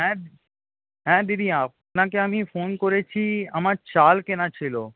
হ্যাঁ হ্যাঁ দিদি আপনাকে আমি ফোন করেছি আমার চাল কেনার ছিল